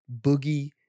boogie